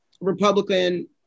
republican